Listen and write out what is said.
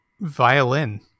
violin